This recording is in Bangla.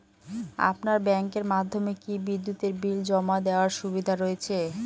আপনার ব্যাংকের মাধ্যমে কি বিদ্যুতের বিল জমা দেওয়ার সুবিধা রয়েছে?